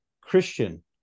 christian